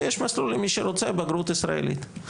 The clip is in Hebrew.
ויש מסלול למי שרוצה בגרות ישראלית.